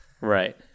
Right